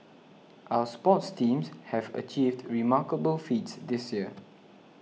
our sports teams have achieved remarkable feats this year